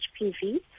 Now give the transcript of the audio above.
HPV